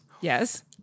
Yes